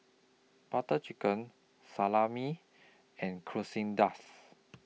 Butter Chicken Salami and Quesadillas